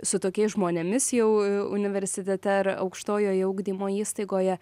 su tokiais žmonėmis jau universitete ar aukštojoje ugdymo įstaigoje